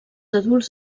adults